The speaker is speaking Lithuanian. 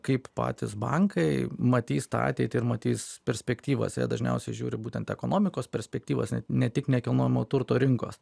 kaip patys bankai matys tą ateitį ir matys perspektyvas jie dažniausiai žiūri būtent ekonomikos perspektyvas ne tik nekilnojamo turto rinkos